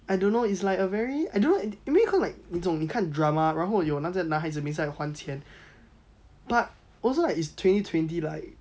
it's like a very I don't know